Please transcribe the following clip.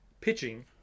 pitching